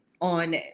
on